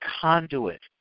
conduit